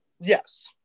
Yes